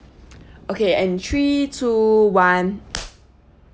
okay and three two one